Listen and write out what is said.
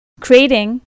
creating